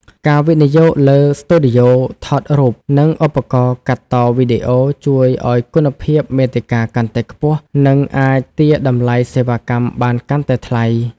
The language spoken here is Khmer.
ការវិនិយោគលើស្ទូឌីយោថតរូប និងឧបករណ៍កាត់តវីដេអូ ជួយឱ្យគុណភាពមាតិកាកាន់តែខ្ពស់ និងអាចទារតម្លៃសេវាកម្មបានកាន់តែថ្លៃ។